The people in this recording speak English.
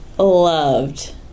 Loved